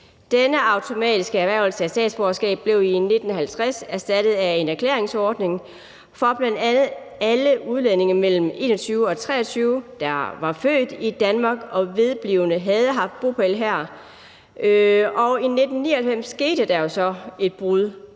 Denne automatiske erhvervelse af statsborgerskab blev i 1950 erstattet af en erklæringsordning for bl.a. alle udlændinge mellem 21 og 23 år, der var født i Danmark og vedblivende havde haft bopæl her. I 1999 skete der jo så et brud,